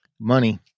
money